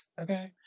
Okay